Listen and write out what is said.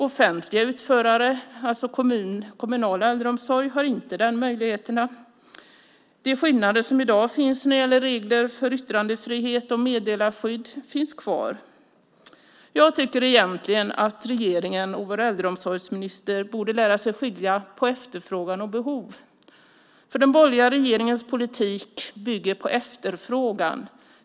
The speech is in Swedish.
Offentliga utförare, alltså kommunal äldreomsorg, har inte den möjligheten. De skillnader som i dag finns när det gäller regler för yttrandefrihet och meddelarskydd finns kvar. Jag tycker egentligen att regeringen och vår äldreomsorgsminister borde lära sig skilja mellan efterfrågan och behov. Den borgerliga regeringens politik bygger på efterfrågan.